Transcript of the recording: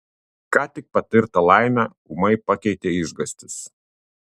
ką tik patirtą laimę ūmai pakeitė išgąstis